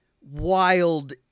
wild